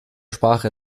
sprache